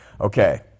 Okay